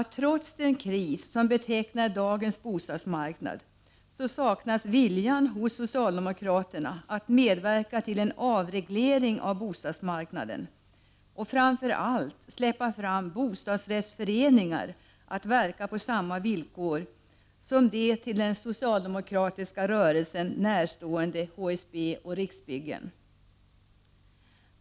Trots den kris som betecknar dagens bostadsmarknad så saknar socialdemokraterna viljan att medverka till en avreglering av bostadsmarknaden och framför allt till att släppa fram bostadsrättsföreningar att verka på samma villkor som de till den socialdemokratiska rörelsen närstående HSB och Riksbyggen.